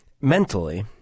mentally